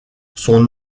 son